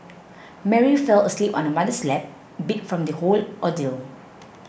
Mary fell asleep on her mother's lap beat from the whole ordeal